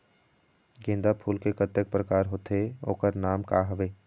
गेंदा फूल के कतेक प्रकार होथे ओकर नाम का हवे?